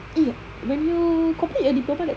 eh when you complete your diploma that time